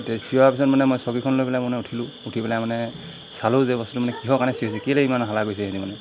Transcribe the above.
এতিয়া চিঞাৰৰ পিছত মানে মই চকিখন লৈ পেলাই মই মানে উঠিলোঁ উঠি পেলাই মানে চালোঁ যে বস্তুটো মানে কিহৰ কাৰণে চিঞৰিছে কেলৈ ইমান হাল্লা কৰিছে সিঁহতে মানে